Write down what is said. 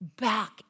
Back